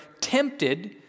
tempted